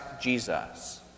Jesus